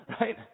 right